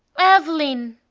eveline!